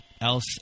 else